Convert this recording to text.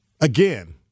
again